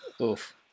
Oof